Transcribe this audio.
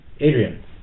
Adrian